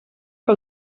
que